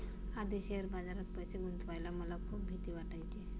आधी शेअर बाजारात पैसे गुंतवायला मला खूप भीती वाटायची